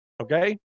Okay